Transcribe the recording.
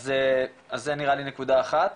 אז זה נראה לי נקודה אחת,